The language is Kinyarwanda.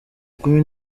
kumi